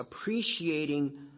appreciating